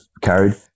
carried